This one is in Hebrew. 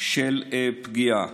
של פגיעה,